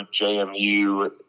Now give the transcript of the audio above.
JMU